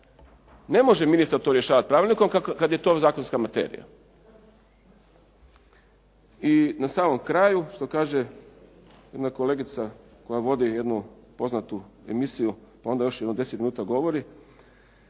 Ne može ministar to rješavat Pravilnikom kad je to zakonska materija. I na samom kraju, što kaže jedna kolegica koja vodi jednu poznatu emisiju pa onda još jedno 10 minuta govori,